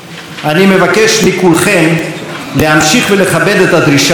אני מבקש מכולכם להמשיך ולכבד את הדרישה הזאת,